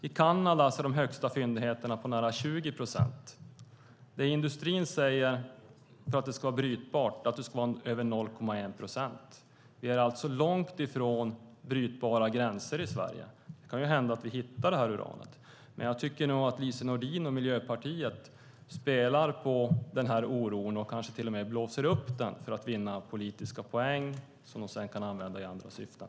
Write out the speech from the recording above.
I Kanada är de största fyndigheterna på nära 20 procent. Industrin säger att det ska vara över 0,1 procent för att det ska vara brytbart. Vi är alltså långt ifrån brytbara gränser i Sverige. Det kan hända att vi hittar det här uranet, men jag tycker nog att Lise Nordin och Miljöpartiet spelar på den här oron och kanske till och med blåser upp den för att vinna politiska poäng som de sedan kan använda i andra syften.